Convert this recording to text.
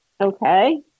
Okay